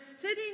sitting